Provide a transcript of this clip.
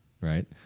Right